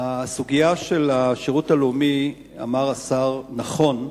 הסוגיה של השירות הלאומי אמר השר נכון,